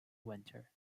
winter